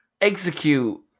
Execute